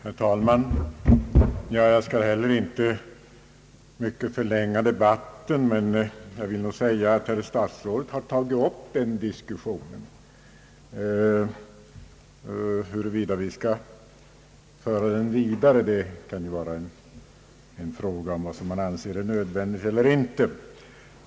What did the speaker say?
Herr talman! Jag skall inte heller förlänga debatten mycket, men jag vill nog säga att herr statsrådet har tagit upp denna diskussion. Huruvida vi skall föra den vidare, kan ju bero på om vi anser det vara nödvändigt eller inte just i detta sammanhang.